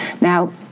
Now